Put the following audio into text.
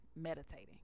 Meditating